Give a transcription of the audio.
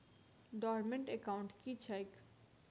Dormant account की छैक?